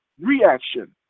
reaction